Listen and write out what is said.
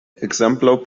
ekzemplo